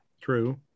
True